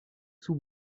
sous